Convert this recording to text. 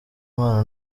impano